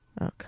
Okay